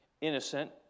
innocent